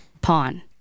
pawn